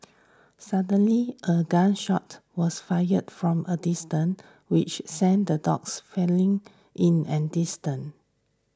suddenly a gun shot was fired from a distance which sent the dogs fleeing in an distant